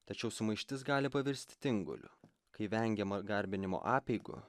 tačiau sumaištis gali pavirsti tinguliu kai vengiama garbinimo apeigų